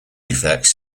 effects